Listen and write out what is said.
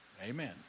Amen